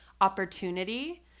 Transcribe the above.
opportunity